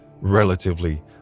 relatively